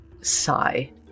sigh